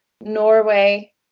Norway